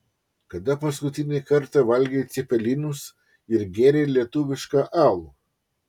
kada paskutinį kartą valgei cepelinus ir gėrei lietuvišką alų